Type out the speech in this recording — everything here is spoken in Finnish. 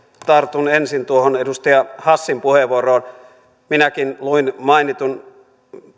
tartun ensin tuohon edustaja hassin puheenvuoroon minäkin luin mainitun